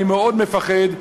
אני מאוד מפחד,